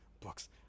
books